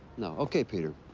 no. okay, peter.